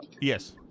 Yes